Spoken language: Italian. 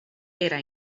era